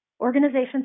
Organizations